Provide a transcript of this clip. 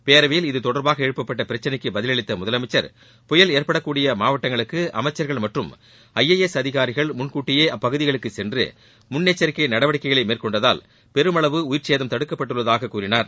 பேரவையில் இது தொடர்பாக எழுப்பப்பட்ட பிரச்சினைக்கு பதிலளித்த முதலமைச்சர் புயல் ஏற்படக்கூடிய மாவட்டங்களுக்கு அமைச்சர்கள் மற்றும் ஐ ஏ எஸ் அதிகாரிகள் முன்கூட்டியே அப்பகுதிகளுக்கு சென்று முன்னெச்சரிக்கை நடவடிக்கைகளை மேற்கொண்டதால் பெருமளவு உயிர்ச்சேதம் தடுக்கப்பட்டுள்ளதாகக் கூறினார்